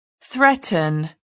Threaten